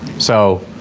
so,